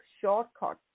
shortcut